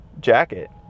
Jacket